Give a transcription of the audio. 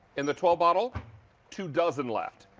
in the twelve bottle two dozen left.